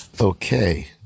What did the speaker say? Okay